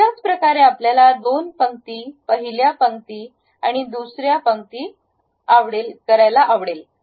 अशाच प्रकारे आपल्याला दोन पंक्ती पहिल्या पंक्ति आणि दुसरे पंक्ती आपल्याला आवडेल